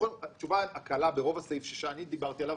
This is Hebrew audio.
התשובה הקלה ברוב הסעיף שאני דיברתי עליו